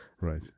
Right